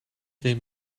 wem